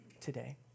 today